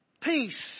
Peace